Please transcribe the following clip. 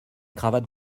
cravates